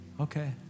okay